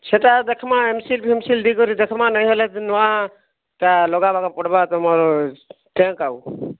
ସେଟା ଦେଖିମା M seal ଫେମ୍ ସିଲ୍ ଦେଇ କରି ଦେଖେମାଁ ନେଇଁ ହେଲେ ନୂଆଁଟା ଲଗାବାରକେ ପଡ଼ବା ତମର ଟେଙ୍କ୍ ଆଉ